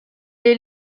est